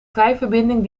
treinverbinding